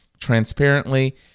transparently